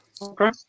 Okay